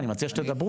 אני מציע שתדברו.